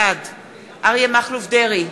בעד אריה מכלוף דרעי,